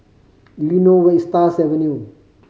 do you know where is Stars Avenue